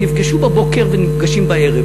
נפגשו בבוקר ונפגשים בערב,